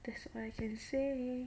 that's all I can say